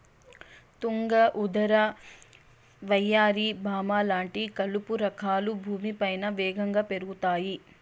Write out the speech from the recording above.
తుంగ, ఉదర, వయ్యారి భామ లాంటి కలుపు రకాలు భూమిపైన వేగంగా పెరుగుతాయి